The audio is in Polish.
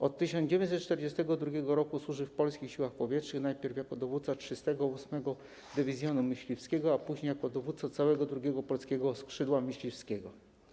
Od 1942 r. służył w Polskich Siłach Powietrznych, najpierw jako dowódca 308. dywizjonu myśliwskiego, a później jako dowódca całego 2. polskiego skrzydła myśliwskiego.